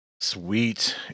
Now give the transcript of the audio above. Sweet